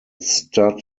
stud